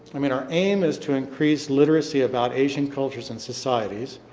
i mean our aim is to increase literacy about asian cultures and societies,